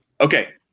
Okay